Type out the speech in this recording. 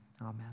amen